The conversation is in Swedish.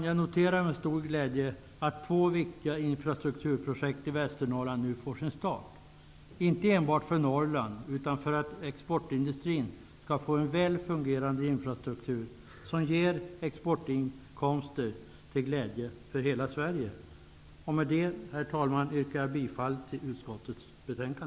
Jag noterar med stor glädje att två viktiga infrastrukturprojekt i Västernorrland nu får sin start, inte enbart för Norrland utan för att exportindustrin skall få en väl fungerande infrastruktur, som ger exportinkomster till glädje för hela Sverige. Herr talman! Med detta yrkar jag bifall till utskottets hemställan.